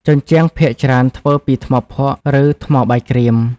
ជញ្ជាំង ភាគច្រើនធ្វើពី ថ្មភក់ ឬ ថ្មបាយក្រៀម។